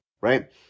right